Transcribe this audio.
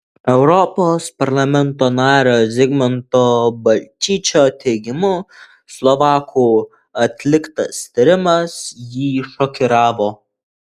europos parlamento nario zigmanto balčyčio teigimu slovakų atliktas tyrimas jį šokiravo